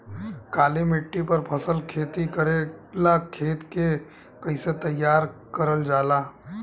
काली मिट्टी पर फसल खेती करेला खेत के कइसे तैयार करल जाला?